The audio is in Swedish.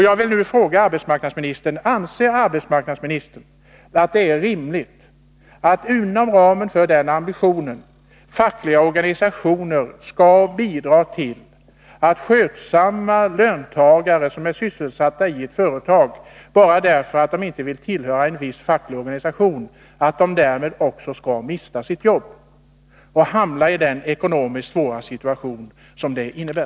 Jag vill nu fråga arbetsmarknadsministern: Anser arbetsmarknadsministern att det är rimligt att fackliga organisationer inom ramen för den ambitionen skall bidra till att skötsamma löntagare som är sysselsatta i ett företag, bara för att de inte vill tillhöra en viss facklig organisation, skall mista sitt jobb och hamna i den ekonomiskt svåra situation som det innebär?